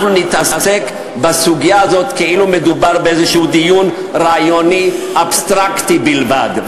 אנחנו נתעסק בסוגיה הזאת כאילו מדובר בביטוי רעיוני אבסטרקטי בלבד,